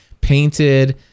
painted